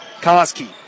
Koski